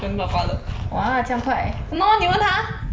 !wah! 这样快几个月了